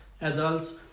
adults